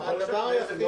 מצד שני,